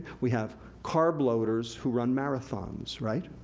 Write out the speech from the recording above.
we have carb loaders who run marathons, right?